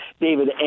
David